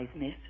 miss